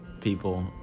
people